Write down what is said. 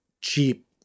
cheap